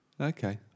Okay